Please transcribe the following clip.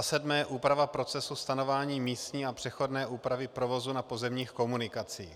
7. úprava procesu stanovování místní a přechodné úpravy provozu na pozemních komunikacích.